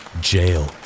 Jail